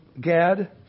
gad